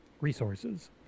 resources